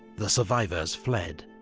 the survivors fled.